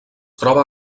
troba